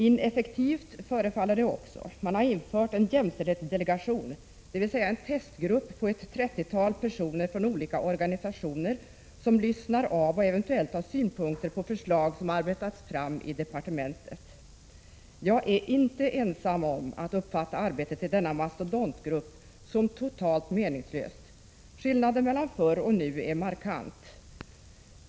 Ineffektivt förefaller det också. Man har infört en jämställdhetsdelegation, dvs. en testgrupp på ett trettiotal personer från olika organisationer, som lyssnar av och eventuellt har synpunkter på förslag som arbetats fram i departementet. Jag är inte ensam om att uppfatta arbetet i denna mastodontgrupp som totalt meningslöst. Skillnaden mellan förr och nu är markant.